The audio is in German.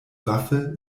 waffe